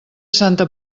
santa